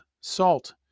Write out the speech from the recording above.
salt